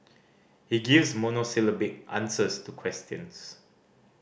he gives monosyllabic answers to questions